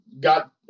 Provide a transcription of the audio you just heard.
got